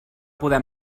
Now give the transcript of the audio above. poder